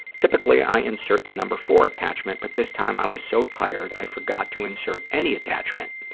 typically i insert the number four attachment, but this time i was so tired i forgot to insert any attachment.